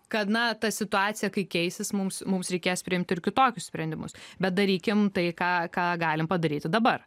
kad na ta situacija kai keisis mums mums reikės priimti ir kitokius sprendimus bet darykim tai ką ką galim padaryti dabar